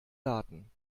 daten